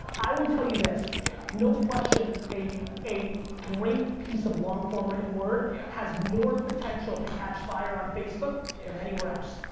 i will tell you this. yeah no question, a a great piece of long form written word yeah has more potential to catch fire on facebook than yeah and anywhere else.